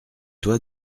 toi